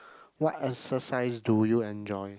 what exercise do you enjoy